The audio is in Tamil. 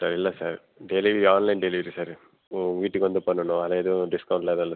சார் இல்லை sir delivery online delivery sir வீட்டுக்கு வந்து பண்ணணும் ஆனால் எதுவும் டிஸ்கௌண்ட்லாம் எதுவும் இல்லை சார்